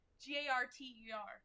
G-A-R-T-E-R